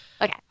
Okay